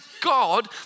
God